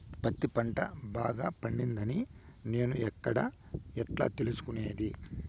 పత్తి పంట బాగా పండిందని నేను ఎక్కడ, ఎట్లా తెలుసుకునేది?